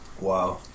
Wow